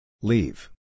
Leave